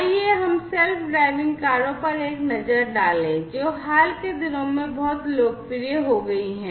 आइए हम self driving कारों पर एक नज़र डालें जो हाल के दिनों में बहुत लोकप्रिय हो गई है